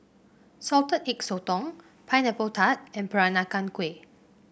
Salted Egg Sotong Pineapple Tart and Peranakan Kueh